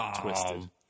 twisted